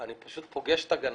אני פוגש את הגננות,